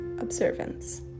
observance